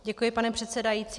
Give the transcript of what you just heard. Děkuji, pane předsedající.